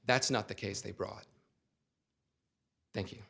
that's not the case they brought thank you